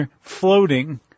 floating